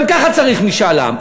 גם ככה צריך משאל עם.